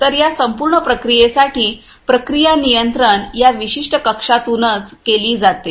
तर या संपूर्ण प्रक्रियेसाठी प्रक्रिया नियंत्रण या विशिष्ट कक्षातूनच केले जाते